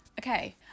okay